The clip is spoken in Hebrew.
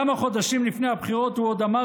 כמה חודשים לפני הבחירות הוא עוד אמר